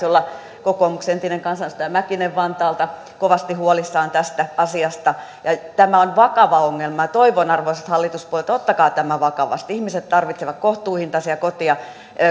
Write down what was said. olla kokoomuksen entinen kansanedustaja mäkinen vantaalta kovasti huolissaan tästä asiasta tämä on vakava ongelma ja toivon arvoisat hallituspuolueet ottakaa tämä vakavasti ihmiset tarvitsevat kohtuuhintaisia koteja